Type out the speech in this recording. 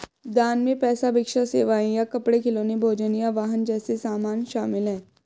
दान में पैसा भिक्षा सेवाएं या कपड़े खिलौने भोजन या वाहन जैसे सामान शामिल हैं